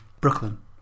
Brooklyn